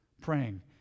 Praying